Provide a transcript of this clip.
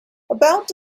about